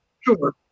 Sure